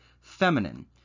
feminine